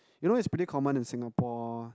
you know is pretty common in Singapore